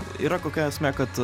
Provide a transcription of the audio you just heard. yra kokia esmė kad